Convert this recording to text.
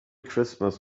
christmas